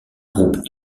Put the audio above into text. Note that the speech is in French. groupe